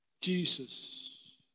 Jesus